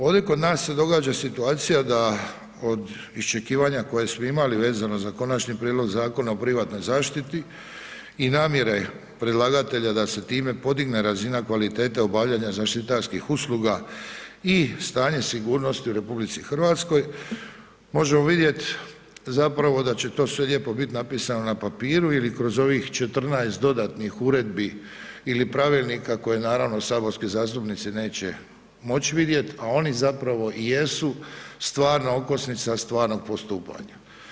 Ovdje kod nas se događa situacija da od iščekivanja koja smo imali vezano za Konačni prijedlog Zakona o privatnoj zaštiti i namjere predlagatelja da se time podigne razina kvalitete obavljanja zaštitarskih usluga i stanje sigurnosti u RH, možemo vidjeti zapravo da će to sve lijepo bili napisano na papiru ili kroz ovih 14 dodatnih uredbi ili pravilnika koje naravno saborski zastupnici neće moći vidjeti, a oni zapravo i jesu stvarna okosnica stvarnog postupanja.